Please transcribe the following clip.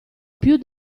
più